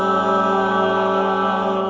on